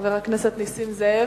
חבר הכנסת נסים זאב,